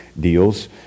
deals